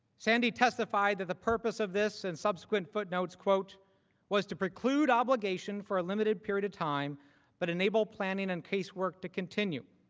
sandy testified that the purpose of this in subsequent footnotes was to preclude obligations for a limited period of time but enable planning and casework to continue.